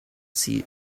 see